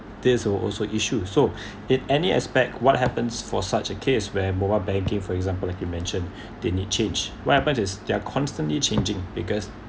this were also issue so in any aspect what happens for such a case where mobile banking for example like you mention they need change what happened is they're constantly changing because